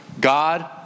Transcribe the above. God